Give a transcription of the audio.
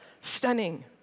Stunning